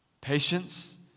patience